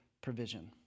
provision